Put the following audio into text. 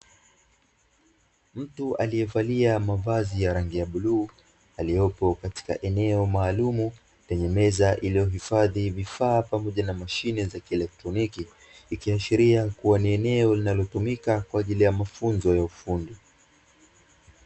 Mtu aliyevalia mavazi ya rangi ya bluu, aliyopo katika eneo maalumu lenye meza iliyohifadhi vifaa pamoja na mashine za kielektroniki, ikiashiria kuwa ni eneo linalotumika kwa ajili ya mafunzo ya ufundi.